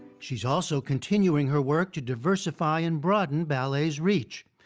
she's also continuing her work to diversify and broaden ballet's reach,